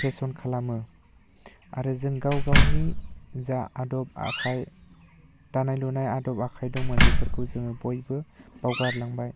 fashion खालामो आरो जों गाव गावनि जा आदब आखाइ दानाय लुनाय आदब आखाइ दंमोन बेफोरखौ जोङो बयबो बावगारलांबाय